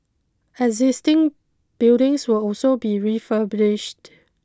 existing buildings will also be refurbished